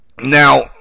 now